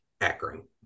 Akron